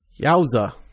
Yowza